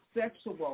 sexual